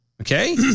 Okay